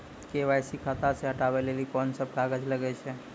KYC खाता से हटाबै लेली कोंन सब कागज लगे छै?